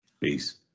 Peace